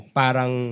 parang